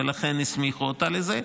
ולכן הסמיכו אותה לזה.